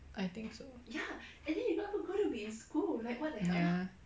I think so ya